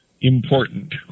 important